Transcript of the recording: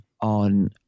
on